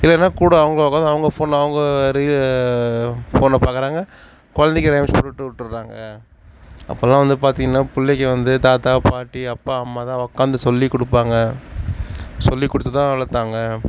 இல்லைன்னா கூட அவங்கள் உட்காந்து அவங்கள் ஃபோனை அவங்கள் ரீல் ஃபோனை பாக்கிறாங்க குழந்தைக்கி ரைம்ஸ் போட்டுவிட்டு விட்றாங்க அப்போலாம் வந்து பார்த்திங்கனா புள்ளைக்கு வந்து தாத்தா பாட்டி அப்பா அம்மா தான் உட்காந்து சொல்லி கொடுப்பாங்க சொல்லி கொடுத்து தான் வளர்த்தாங்க